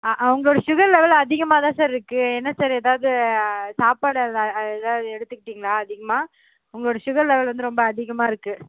ஆ உங்களோட sugar level அதிகமாகதான் sir இருக்குது என்ன சார் எதாவது சாப்பாடு எதாவது எடுத்துக்கிட்டிங்களா அதிகமாக உங்களோட சுகர் லெவல் வந்து ரொம்ப அதிகமாக இருக்குது